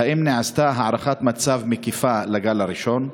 1. האם נעשתה הערכת מצב מקיפה לגל הראשון?